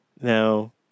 Now